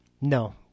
no